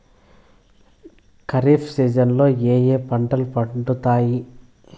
ఖరీఫ్ సీజన్లలో ఏ ఏ పంటలు పండుతాయి